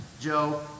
Joe